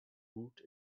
root